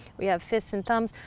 we have fists and thumbs,